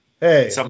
Hey